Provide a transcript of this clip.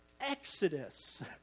Exodus